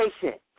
patient